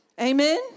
Amen